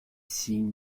signes